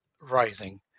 rising